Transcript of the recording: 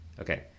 Okay